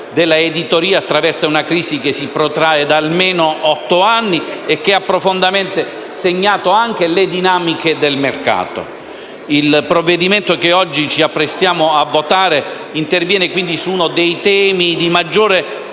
Il provvedimento che oggi ci apprestiamo a votare interviene quindi su uno dei temi di maggiore attualità,